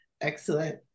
excellent